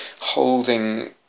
holding